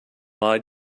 lied